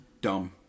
dumb